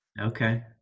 okay